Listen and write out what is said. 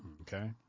Okay